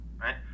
right